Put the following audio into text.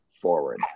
forward